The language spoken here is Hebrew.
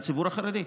לציבור החרדי,